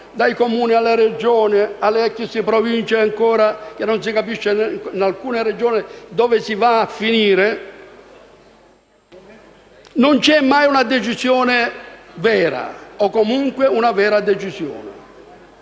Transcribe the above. dai Comuni, alle Regioni, alle ex Province (ancora non si capisce in alcune Regioni dove si va a finire), dove non c'è mai una decisione vera, o comunque una vera decisione.